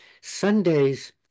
Sundays